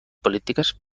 polítiques